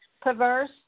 perverse